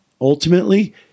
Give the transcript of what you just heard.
ultimately